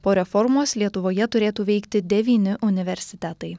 po reformos lietuvoje turėtų veikti devyni universitetai